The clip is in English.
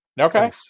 Okay